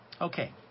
Okay